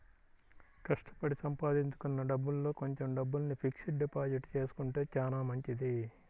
కష్టపడి సంపాదించుకున్న డబ్బుల్లో కొంచెం డబ్బుల్ని ఫిక్స్డ్ డిపాజిట్ చేసుకుంటే చానా మంచిది